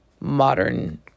modern